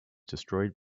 destroyed